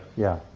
yeah.